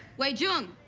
wei jun,